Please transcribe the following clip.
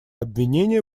обвинения